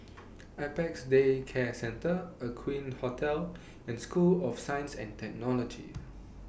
Apex Day Care Centre Aqueen Hotel and School of Science and Technology